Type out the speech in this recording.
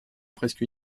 presque